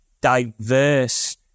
diverse